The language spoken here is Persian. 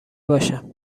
باشم